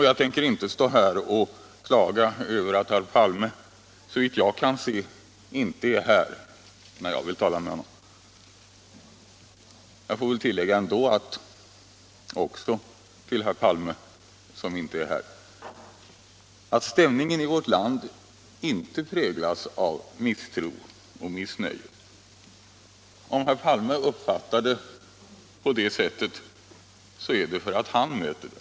Jag tänker inte heller stå här och klaga över att herr Palme, såvitt jag kan se, inte är här nu när jag vill tala med honom. Jag får väl också tillägga till herr Palme, som inte är här, att stämningen i vårt land inte präglas av misstro och missnöje. Om herr Palme uppfattar det så, är det för att han möter det.